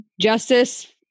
justice